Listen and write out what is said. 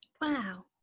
Wow